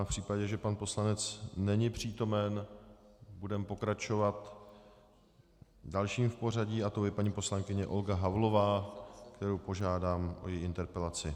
V případě, že pan poslanec není přítomen, budeme pokračovat dalším v pořadí a to je paní poslankyně Olga Havlová, kterou požádám o její interpelaci.